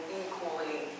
equally